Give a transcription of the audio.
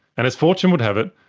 and as fortune would have it,